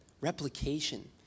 replication